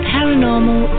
Paranormal